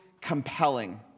compelling